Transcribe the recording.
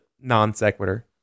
non-sequitur